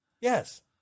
Yes